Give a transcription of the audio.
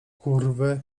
kurwy